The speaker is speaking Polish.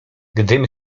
gdym